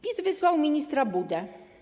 PiS wysłał ministra Budę.